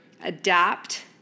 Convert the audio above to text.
adapt